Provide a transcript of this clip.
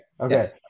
Okay